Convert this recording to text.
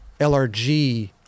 LRG